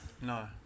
No